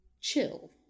chill